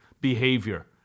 behavior